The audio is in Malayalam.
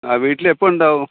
ആ വീട്ടില് എപ്പോൾ ഉണ്ടാകും